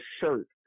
shirt